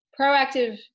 Proactive